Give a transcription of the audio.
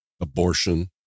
Abortion